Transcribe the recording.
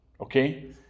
Okay